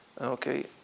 Okay